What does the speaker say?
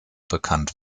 bekannt